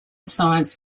science